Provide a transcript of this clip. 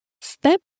Step